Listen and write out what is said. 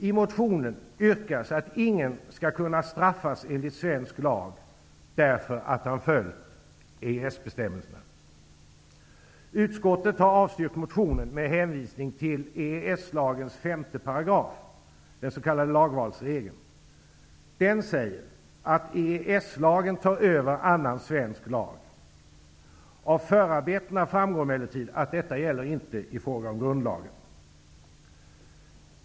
I motionen yrkas att ingen skall kunna straffas enligt svensk lag därför att han följt EES Utskottet har avstyrkt motionen med hänvisning till EES-lagens 5 §, den s.k. lagvalsregeln. Den säger att EES-lagen tar över annan svensk lag. Av förarbetena framgår emellertid att detta inte gäller i fråga om grundlagen.